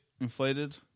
inflated